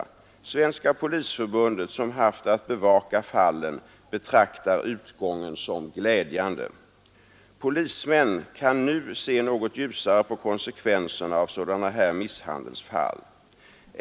Svenska polisförbundet, som haft att bevaka fallen, betraktar utgången som glädjande. Polismän kan nu se något ljusare på konsekvenserna av sådana här misshandelsfall.